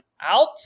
Out